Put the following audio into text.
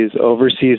overseas